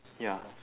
ya